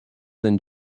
than